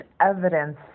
evidence